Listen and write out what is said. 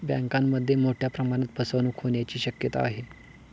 बँकांमध्ये मोठ्या प्रमाणात फसवणूक होण्याची शक्यता आहे